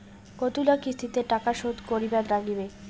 কতোলা কিস্তিতে টাকা শোধ করিবার নাগীবে?